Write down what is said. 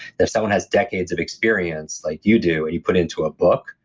if someone has decades of experience like you do and you put it into a book,